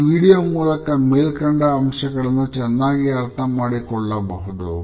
ಈ ವೀಡಿಯೋ ಮೂಲಕ ಮೇಲ್ಕಂಡ ಅಂಶಗಳನ್ನು ಚೆನ್ನಾಗಿ ಅರ್ಥಮಾಡಿಕೊಳ್ಳಬಹುದು